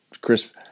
Chris